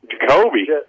Jacoby